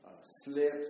slips